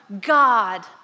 God